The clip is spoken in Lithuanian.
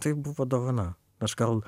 tai buvo dovana aš gal